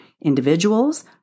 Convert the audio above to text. individuals